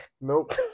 Nope